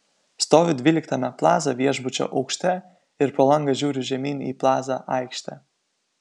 stoviu dvyliktame plaza viešbučio aukšte ir pro langą žiūriu žemyn į plaza aikštę